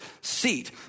seat